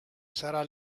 sarà